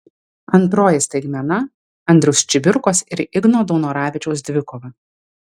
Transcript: antroji staigmena andriaus čibirkos ir igno daunoravičiaus dvikova